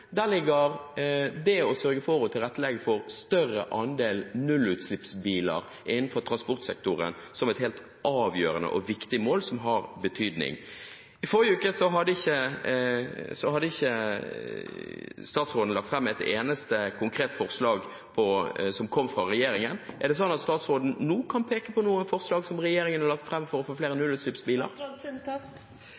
ligger det å sørge for å tilrettelegge for en større andel nullutslippsbiler innenfor transportsektoren som et helt avgjørende og viktig mål. I forrige uke hadde ikke statsråden lagt fram et eneste konkret forslag fra regjeringen. Er det slik at statsråden nå kan peke på noen forslag som regjeringen har lagt fram for å få flere nullutslippsbiler?